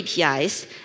APIs